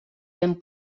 ben